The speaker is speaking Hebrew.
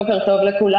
בוקר טוב לכולם,